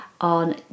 on